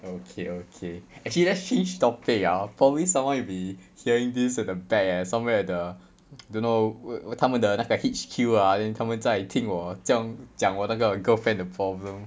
okay okay actually let's change topic ah probably someone will be hearing this at the back eh somewhere at the don't know where~ 他们的那个 H_Q ah then 他们在听我讲我那个 girlfriend 的 problem